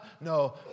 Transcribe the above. No